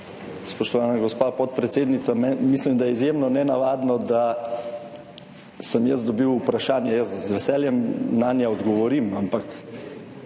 gospa podpredsednica, mislim, da je izjemno nenavadno, da sem jaz dobil vprašanje. Jaz z veseljem nanje odgovorim, ampak